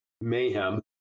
mayhem